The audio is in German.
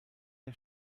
der